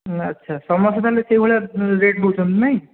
ଆଛା ସମସ୍ତେ ତା'ହେଲେ ସେହିଭଳିଆ ରେଟ୍ ନେଉଛନ୍ତି ନାଇଁ